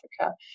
Africa